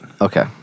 Okay